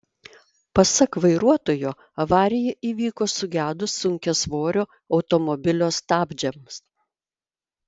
pasak vairuotojo avarija įvyko sugedus sunkiasvorio automobilio stabdžiams